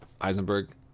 Eisenberg